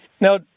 now